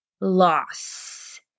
loss